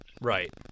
right